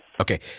Okay